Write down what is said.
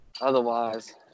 otherwise